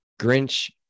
Grinch